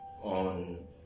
on